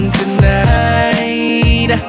tonight